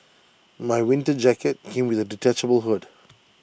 my winter jacket came with A detachable hood